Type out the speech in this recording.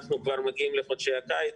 אנחנו כבר מגיעים לחודשי הקיץ,